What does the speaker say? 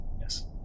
Yes